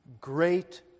Great